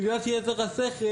בגלל שיש לך שכל,